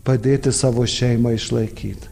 padėti savo šeimą išlaikyt